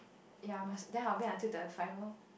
ya must then I'll wait until thirty five orh